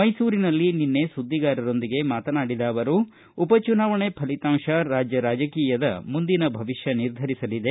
ಮೈಸೂರಿನಲ್ಲಿ ನಿನ್ನೆ ಸುದ್ದಿಗಾರರೊಂದಿಗೆ ಮಾತನಾಡಿದ ಅವರು ಉಪಚುನಾವಣೆ ಫಲಿತಾಂಶ ರಾಜ್ಯ ರಾಜಕೀಯದ ಮುಂದಿನ ಭವಿಷ್ಯ ನಿರ್ಧರಿಸಲಿದೆ